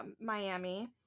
miami